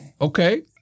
Okay